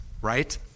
right